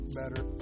better